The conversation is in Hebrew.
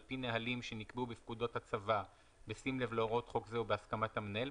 על פי נהלים שנקבעו בפקודות הצבא בשים לב להוראות חוק זה ובהסכמת המנהל,